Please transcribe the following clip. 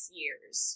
years